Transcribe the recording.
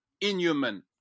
inhuman